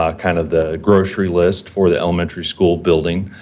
um kind of the grocery list for the elementary school building,